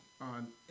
on